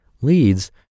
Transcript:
leads